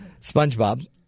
SpongeBob